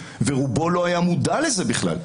ורובו לא היה מודע לזה בכלל.